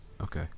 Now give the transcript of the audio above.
Okay